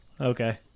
Okay